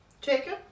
Jacob